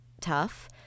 tough